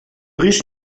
riche